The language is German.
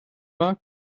war